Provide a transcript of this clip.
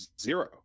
zero